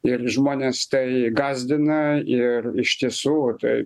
ir žmones tai gąsdina ir iš tiesų tai